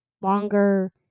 longer